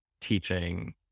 teaching